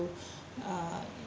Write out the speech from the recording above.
uh